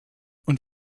und